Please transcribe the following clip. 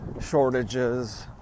shortages